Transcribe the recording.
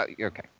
Okay